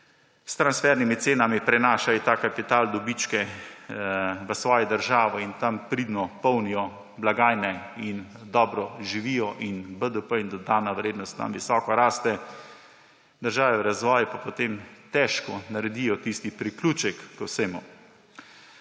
s transfernimi cenami prenašajo ta kapital, dobičke v svojo državo in tam pridno polnijo blagajne in dobro živijo in BDP in dodana vrednost tam visoko rasteta, države v razvoju pa potem težko naredijo tisti priključek k vsemu.